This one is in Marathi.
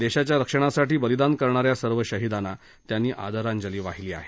देशाच्या रक्षणासाठी बलिदान करणा या सर्व शहीदांना त्यांनी आदरांजली वाहिली आहे